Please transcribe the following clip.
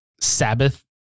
Sabbath